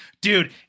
dude